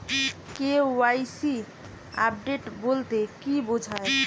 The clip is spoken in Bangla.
কে.ওয়াই.সি আপডেট বলতে কি বোঝায়?